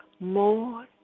more